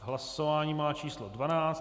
Hlasování má číslo 12.